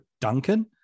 Duncan